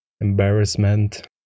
embarrassment